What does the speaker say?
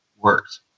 works